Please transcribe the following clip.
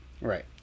Right